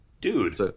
Dude